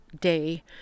day